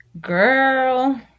Girl